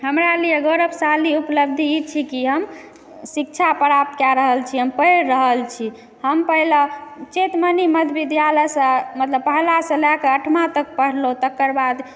हमरा लिए गौरवशाली उपलब्धि ई छी कि हम शिक्षा प्राप्त कए रहल छी हम पढ़ि रहल छी हम पहिला चेतमणि मध्यविद्यालयसँ पहिलासँ लए कऽ अठमा तक पढ़लहुँ तकर बाद